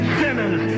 sinners